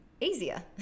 easier